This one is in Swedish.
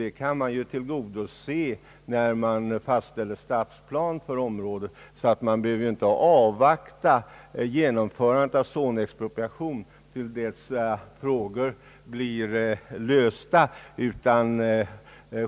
Det kan tillgodoses då man fastställer stadsplan för området; man behöver inte avvakta genomförandet av zonexpropriation tills dessa frågor blir lösta.